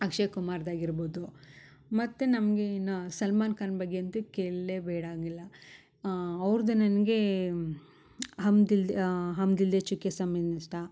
ಅಕ್ಷಯ್ ಕುಮಾರ್ದು ಆಗಿರ್ಬೋದು ಮತ್ತು ನಮಗೆ ಇನ್ನ ಸಲ್ಮಾನ್ ಖಾನ್ ಬಗ್ಗೆ ಅಂತು ಕೇಳಲೇ ಬೇಡಂಗಿಲ್ಲ ಅವ್ರ್ದ ನನಗೆ ಹಮ್ ದಿಲ್ ದ್ ಹಮ್ ದಿಲ್ ದೇ ಚುಕೆ ಸಮಿನ್ ಇಷ್ಟ